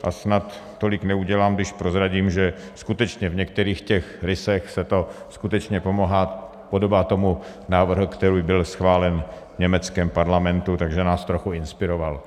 A snad tolik neudělám, když prozradím, že skutečně v některých těch rysech se to skutečně podobá tomu návrhu, který byl schválen v německém parlamentu, takže nás trochu inspiroval.